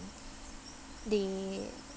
they